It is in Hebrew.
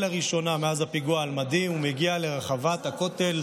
לראשונה מאז הפיגוע על מדים ומגיע לרחבת הכותל,